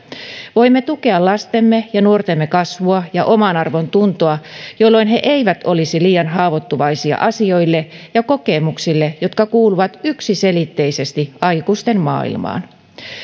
voimme tukea lastemme ja nuortemme kasvua ja omanarvontuntoa jolloin he eivät olisi liian haavoittuvaisia asioille ja kokemuksille jotka kuuluvat yksiselitteisesti aikuisten maailmaan